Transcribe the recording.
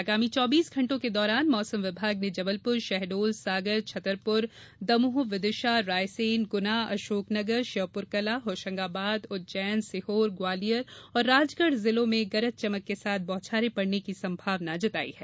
अगामी चौबीस घंटों के दौरान मौसम विभाग ने जबलपुर शहडोल सागर छतरपुर दमोह विदिशा रायसेन गुना अशोकनगर श्योपुर कलां होशंगाबाद उज्जैन सीहोर ग्वालियर और राजगढ़ जिलों में गरज चमक के साथ बौछारें पड़ने की संभावना जताई है